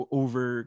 over